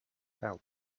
help